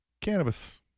Cannabis